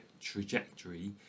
trajectory